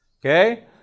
Okay